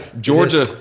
Georgia